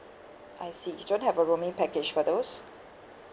I see you don't have a roaming package for those